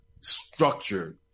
structured